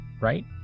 right